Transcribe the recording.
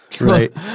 Right